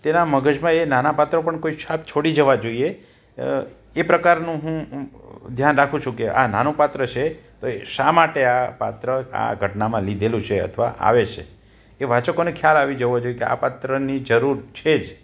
તેના મગજમાં એ નાના પાત્રો પણ કોઈ છાપ છોડી જવા જોઈએ એ પ્રકારનું હું ધ્યાન રાખું છું કે આ નાનું પાત્ર છે તો એ શા માટે આ પાત્ર આ ઘટનામાં લીધેલું છે અથવા તો આવે છે એ વાચકોને ખ્યાલ આવી જવો જોઈએ કે આ પાત્રની જરૂર છે જ